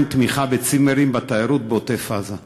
אין תמיכה בצימרים לתיירות בעוטף-עזה?